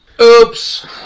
Oops